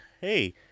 hey